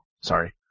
Sorry